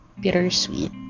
bittersweet